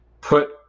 put